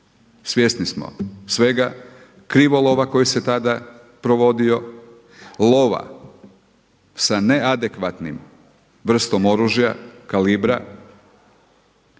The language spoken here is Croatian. Svjesni smo svega, krivolova koji se tada provodio, lova sa neadekvatnom vrstom oružja kalibra.